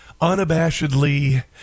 unabashedly